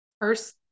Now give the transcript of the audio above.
first